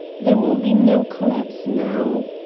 there will be no collapse now.